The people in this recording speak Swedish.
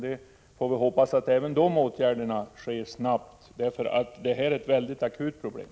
Vi får hoppas att även de åtgärderna sker snabbt, för detta är ett mycket akut problem.